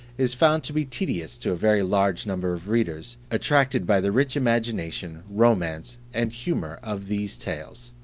is found to be tedious to a very large number of readers attracted by the rich imagination, romance, and humour of these tales.